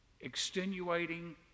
extenuating